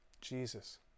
Jesus